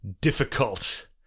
difficult